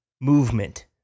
movement